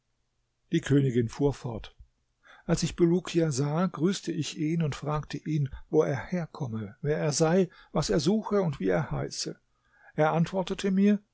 die königin fuhr fort als ich bulukia sah grüßte ich ihn und fragte ihn wo er herkomme wer er sei was er suche und wie er heiße er antwortete mir